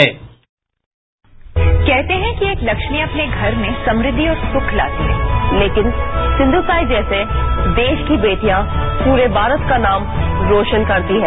bite कहते हैं कि एक लक्ष्मी अपने घर में समृद्धि और सुख लाती है लेकिन सिंधू ताई जैसी देश की बेटियां पूरे भारत का नाम रौशन करती हैं